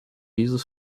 dieses